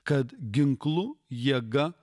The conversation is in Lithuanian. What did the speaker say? kad ginklu jėga